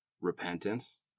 repentance